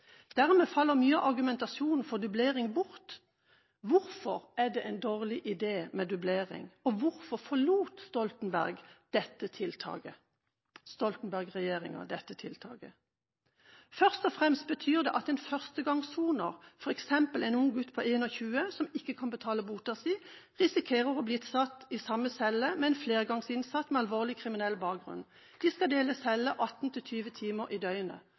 Dermed faller mye av argumentasjonen for dublering bort. Hvorfor er det en dårlig idé med dublering, og hvorfor forlot Stoltenberg-regjeringen dette tiltaket? Først og fremst betyr det at en førstegangssoner, f.eks. en ung gutt på 21 år som ikke kan betale bota si, risikerer å bli satt i samme celle som en flergangsinnsatt med alvorlig kriminell bakgrunn. De skal dele celle 18–20 timer i døgnet.